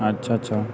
अच्छा छो